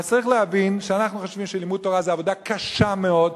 אז צריך להבין שאנחנו חושבים שלימוד תורה זה עבודה קשה מאוד.